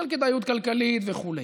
למשל כדאיות כלכלית וכו'.